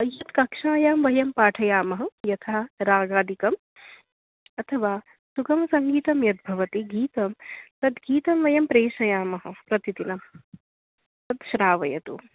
किञ्चित् कक्षायां वयं पाठयामः यथा रागादिकम् अथवा सुगमसङ्गीतं यद् भवति गीतं तद् गीतं वयं प्रेषयामः प्रतिदिनं तत् श्रावयतु